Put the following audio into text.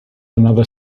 another